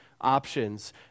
options